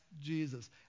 jesus